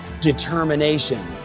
determination